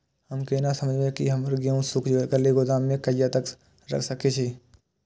हम केना समझबे की हमर गेहूं सुख गले गोदाम में कहिया तक रख सके छिये?